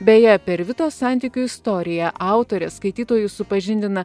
beje per vitos santykių istoriją autorė skaitytojus supažindina